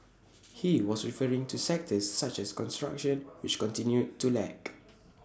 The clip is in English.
he was referring to sectors such as construction which continued to lag